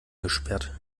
gesperrt